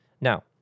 Now